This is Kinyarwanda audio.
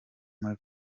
muri